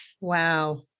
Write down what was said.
Wow